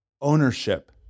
ownership